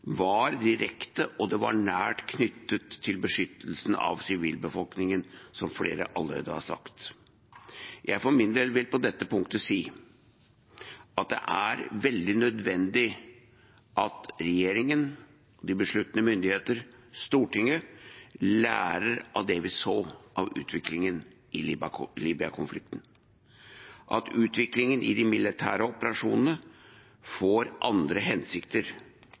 var direkte og nært knyttet til beskyttelsen av sivilbefolkningen, som flere allerede har sagt. Jeg for min del vil på dette punktet si at det er veldig nødvendig at regjeringen, de besluttende myndigheter, og Stortinget lærer av det vi så av utviklingen i Libya-konflikten, at utviklingen i de militære operasjonene får andre hensikter